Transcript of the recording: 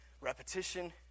Repetition